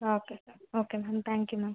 okay ma'am okay ma'am thank you ma'am